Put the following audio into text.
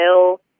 ill